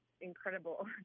incredible